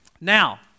Now